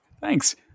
Thanks